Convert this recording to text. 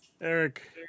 Eric